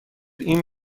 این